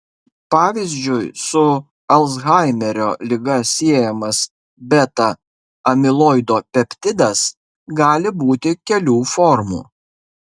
pavyzdžiui su alzhaimerio liga siejamas beta amiloido peptidas gali būti kelių formų